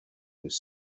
was